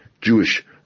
Jewish